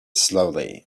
slowly